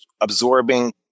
absorbing